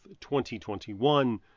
2021